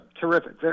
terrific